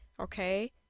Okay